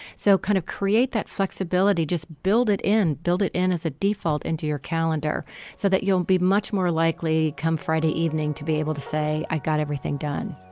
so kind of create that flexibility just build it and build it in as a default into your calendar so that you'll be much more likely come friday evening to be able to say i got everything done